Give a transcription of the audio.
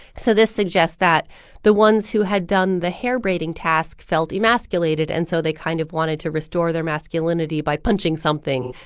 so this suggests that the ones who had done the hair-braiding task felt emasculated, and so they kind of wanted to restore their masculinity by punching something,